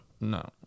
No